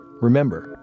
Remember